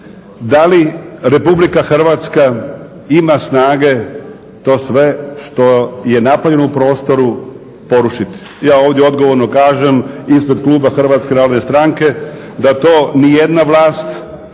da li Republika Hrvatska ima snage to sve što je napravljeno u prostoru porušiti? Ja ovdje odgovorno kažem ispred kluba Hrvatske narodne stranke da to ni jedna vlast